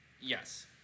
Yes